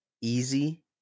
easy